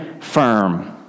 firm